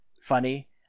funny